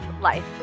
life